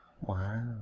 Wow